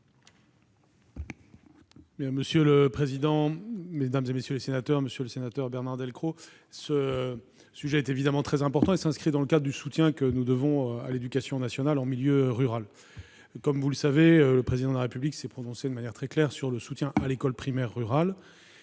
resteront stables ? La parole est à M. le ministre. Monsieur le sénateur Bernard Delcros, le sujet est évidemment très important et s'inscrit dans le cadre du soutien que nous devons à l'éducation nationale en milieu rural. Comme vous le savez, le Président de la République s'est prononcé de manière très claire en faveur du soutien à l'école primaire rurale.